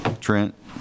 Trent